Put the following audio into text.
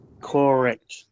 Correct